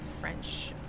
French